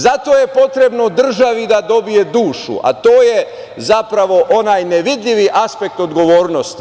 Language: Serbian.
Zato je potrebno državi da dobije dušu, a to je zapravo onaj nevidljivi aspekt odgovornosti.